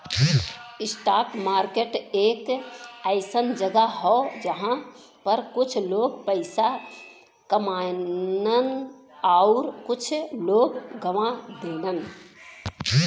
stock market एक अइसन जगह हौ जहां पर कुछ लोग पइसा कमालन आउर कुछ लोग गवा देलन